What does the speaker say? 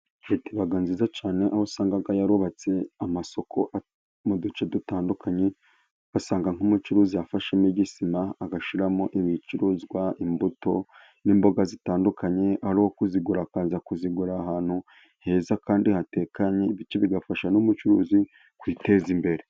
Leta iba nziza cyane ,aho usanga yarubatse amasoko mu duce dutandukanye, basanga nk'umucuruzi wafashemo igisima agashyiramo ibicuruzwa imbuto n'imboga zitandukanye. Uri kuzigura, akaza kuzigura ahantu heza kandi hatekanye ibi bigafasha n'ubucuruzi kwiteza imbere.